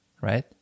right